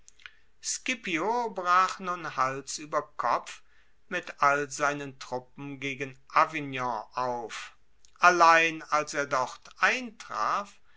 scipio brach nun hals ueber kopf mit all seinen truppen gegen avignon auf allein als er dort eintraf